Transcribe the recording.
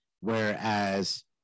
whereas